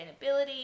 sustainability